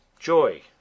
joy